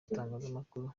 itangazamakuru